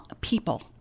people